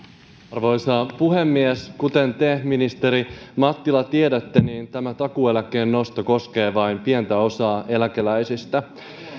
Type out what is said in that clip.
arvoisa puhemies kuten te ministeri mattila tiedätte tämä takuueläkkeen nosto koskee vain pientä osaa eläkeläisistä